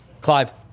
Clive